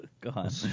God